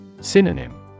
Synonym